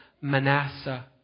Manasseh